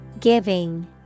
giving